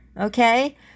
okay